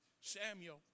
Samuel